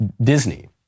Disney